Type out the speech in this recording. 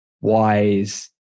wise